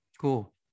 Cool